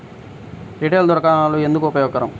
Retail దుకాణాలు ఎందుకు ఉపయోగకరం?